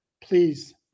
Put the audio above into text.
Please